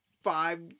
Five